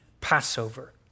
Passover